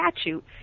statute